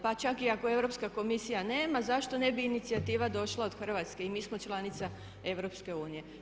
Pa čak i ako Europska komisija nema zašto ne bi inicijativa došla od Hrvatske i mi smo članica EU.